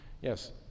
Yes